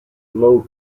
low